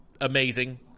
amazing